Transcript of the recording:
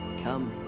come.